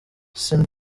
sean